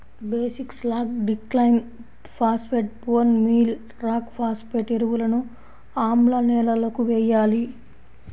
basic slag, డిక్లైమ్ phosphate, bone meal rock phosphate ఎరువులను ఆమ్ల నేలలకు వేయాలి